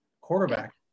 quarterback